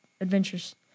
Adventures